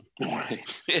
Right